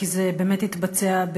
כי זה באמת התבצע,